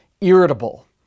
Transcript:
irritable